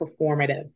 performative